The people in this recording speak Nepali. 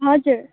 हजुर